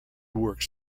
works